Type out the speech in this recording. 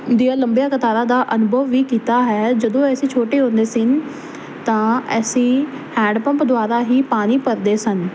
ਦੀਆਂ ਲੰਬੀਆਂ ਕਤਾਰਾਂ ਦਾ ਅਨੁਭਵ ਵੀ ਕੀਤਾ ਹੈ ਜਦੋਂ ਅਸੀਂ ਛੋਟੇ ਹੁੰਦੇ ਸੀ ਤਾਂ ਅਸੀਂ ਹੈਂਡ ਪੰਪ ਦੁਆਰਾ ਹੀ ਪਾਣੀ ਭਰਦੇ ਸਨ